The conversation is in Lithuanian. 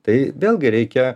tai vėlgi reikia